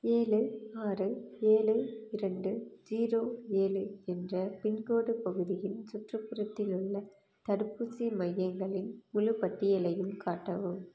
ஏழு ஆறு ஏழு ரெண்டு ஜீரோ ஏழு என்ற பின்கோடு பகுதியின் சுற்றுப்புறத்தில் உள்ள தடுப்பூசி மையங்களின் முழுப் பட்டியலையும் காட்டவும்